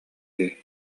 дии